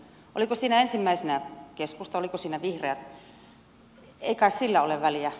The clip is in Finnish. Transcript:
oliko siinä ensimmäisenä keskusta oliko siinä vihreät ei kai sillä ole väliä